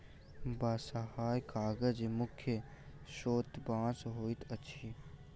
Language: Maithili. बँसहा कागजक मुख्य स्रोत बाँस होइत अछि